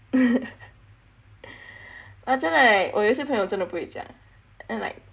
!wah! 真的 eh 我有些朋友真的不会讲 and like